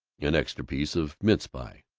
an extra piece of mince pie.